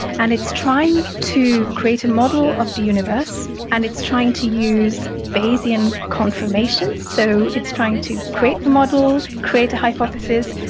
and it's trying to create a model of the universe and it's trying to use bayesian confirmation. so, it's trying to create the model, create a hypothesis,